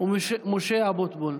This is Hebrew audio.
ומשה אבוטבול.